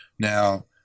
Now